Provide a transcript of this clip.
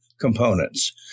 components